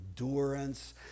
endurance